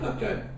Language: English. Okay